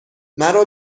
مرا